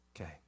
Okay